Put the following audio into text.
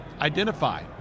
identify